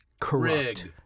corrupt